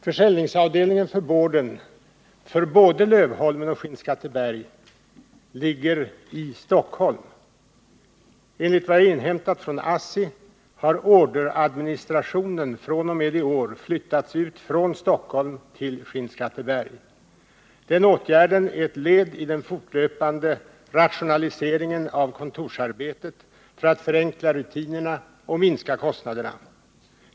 Försäljningsavdelningen för boarden för både Lövholmen och Skinnskatteberg ligger i Stockholm. Enligt vad jag har inhämtat från ASSI har orderadministrationen fr.o.m. i år flyttats ut från Stockholm till Skinnskat teberg. Denna åtgärd är ett led i den fortlöpande rationaliseringen av kontorsarbetet för att förenkla rutinerna och minska kostnaderna.